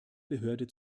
behörde